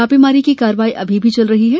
छापेमारी की कार्रवाई अभी चल रही है